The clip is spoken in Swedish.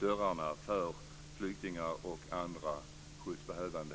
dörrarna för flyktingar och andra skyddsbehövande?